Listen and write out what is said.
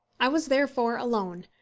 i was therefore alone,